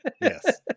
Yes